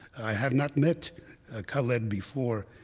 i have not met ah khaled before,